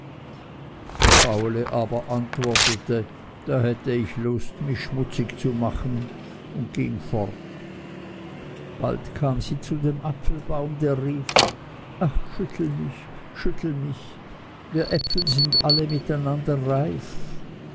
die faule aber antwortete da hätt ich lust mich schmutzig zu machen und ging fort bald kam sie zu dem apfelbaum der rief ach schüttel mich schüttel mich wir äpfel sind alle miteinander reif